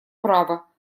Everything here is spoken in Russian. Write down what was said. права